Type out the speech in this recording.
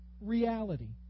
reality